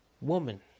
Woman